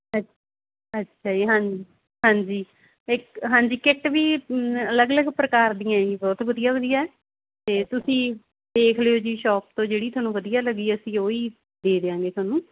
ਅੱ ਅੱਛਾ ਜੀ ਹਾਂ ਹਾਂਜੀ ਇਕ ਹਾਂਜੀ ਕਿੱਟ ਵੀ ਅਲਗ ਅਲਗ ਪ੍ਰਕਾਰ ਦੀਆਂ ਜੀ ਬਹੁਤ ਵਧੀਆ ਵਧੀਆ ਅਤੇ ਤੁਸੀਂ ਦੇਖ ਲਿਓ ਜੀ ਸ਼ੋਪ ਤੋਂ ਜਿਹੜੀ ਤੁਹਾਨੂੰ ਵਧੀਆ ਲੱਗੀ ਅਸੀਂ ਉਹੀ ਦੇ ਦਿਆਂਗੇ ਤੁਹਾਨੂੰ